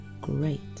great